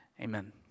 Amen